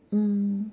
mm